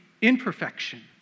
imperfection